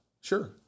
Sure